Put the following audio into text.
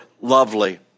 lovely